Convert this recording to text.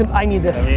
um i need this.